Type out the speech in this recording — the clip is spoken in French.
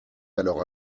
alors